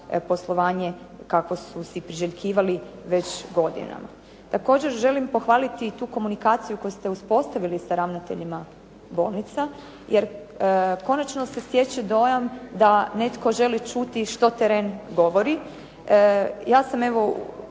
poslovanje kakvo su si priželjkivali već godinama. Također želim pohvaliti i tu komunikaciju koju ste uspostavili sa ravnateljima bolnica, jer konačno se stječe dojma da netko želi čuti što teren govori. Ja sam evo